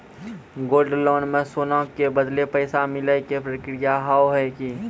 Gold loan मे सोना के बदले पैसा मिले के प्रक्रिया हाव है की?